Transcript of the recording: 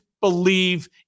believe